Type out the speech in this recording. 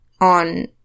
on